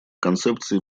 концепции